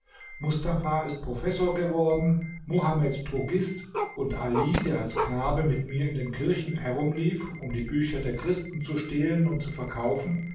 mustafa ist professor geworden mohammed drogist und ali der als knabe mit mir in den kirchen herumlief um die bücher der christen zu stehlen und zu verkaufen